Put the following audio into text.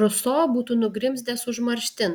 ruso būtų nugrimzdęs užmarštin